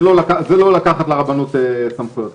זה לא לקחת לרבנות סמכויות,